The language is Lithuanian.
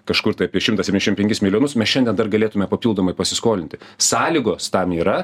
kažkur tai apie šimtą septyniasdešim penkis milijonus mes šiandien dar galėtume papildomai pasiskolinti sąlygos tam yra